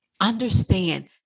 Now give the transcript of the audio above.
Understand